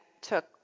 took